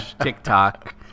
TikTok